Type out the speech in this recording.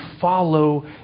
follow